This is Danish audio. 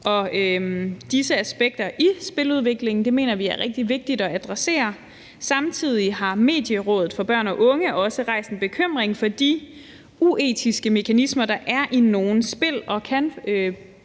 og aspekter som disse. Det mener vi er rigtig vigtigt at adressere. Samtidig har Medierådet for Børn og Unge også rejst en bekymring for de uetiske mekanismer, der er i nogle spil, og som